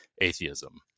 atheism